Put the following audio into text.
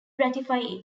ratify